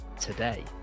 today